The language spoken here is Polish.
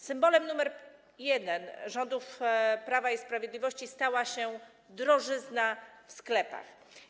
Symbolem nr 1 rządów Prawa i Sprawiedliwości stała się drożyzna w sklepach.